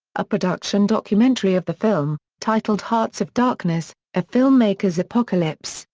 a production documentary of the film, titled hearts of darkness a filmmaker's apocalypse,